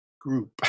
group